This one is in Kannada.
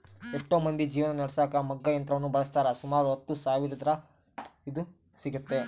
ಎಷ್ಟೊ ಮಂದಿ ಜೀವನ ನಡೆಸಕ ಮಗ್ಗ ಯಂತ್ರವನ್ನ ಬಳಸ್ತಾರ, ಸುಮಾರು ಹತ್ತು ಸಾವಿರವಿದ್ರ ಇದು ಸಿಗ್ತತೆ